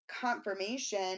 confirmation